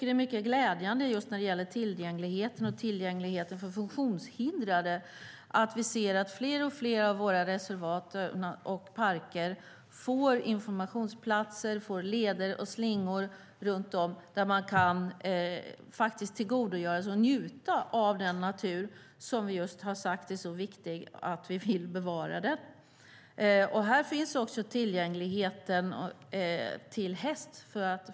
Det är glädjande när det gäller tillgängligheten för funktionshindrade att fler och fler av våra reservat och parker får informationsplatser, leder och slingor där man kan tillgodogöra sig och njuta av den natur som vi sagt är så viktig att vi vill bevara den. Här finns också tillgängligheten till häst.